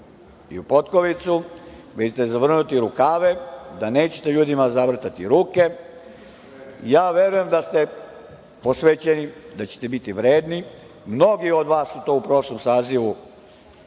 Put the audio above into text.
i u potkovicu, vi ćete zavrnuti rukave, da nećete ljudima zavrtati ruke, verujem da ste posvećeni, da ćete biti vredni, mnogi od vas su to u prošlom sazivu pokazali.I